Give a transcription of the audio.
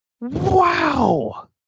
Wow